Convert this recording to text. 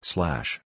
Slash